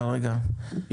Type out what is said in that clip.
כרגע,